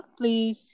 ？Please